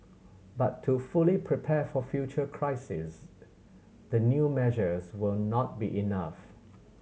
but to fully prepare for future crises the new measures will not be enough